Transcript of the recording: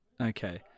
Okay